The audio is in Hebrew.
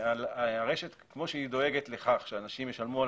כפי שהרשת דואגת לכך שאנשים ישלמו על